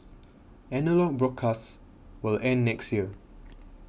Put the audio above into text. analogue broadcasts will end next year